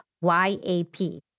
Y-A-P